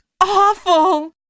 awful